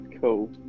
cool